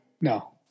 No